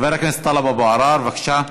חבר הכנסת טלב אבו עראר, בבקשה.